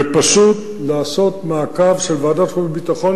ופשוט לעשות מעקב של ועדת החוץ והביטחון,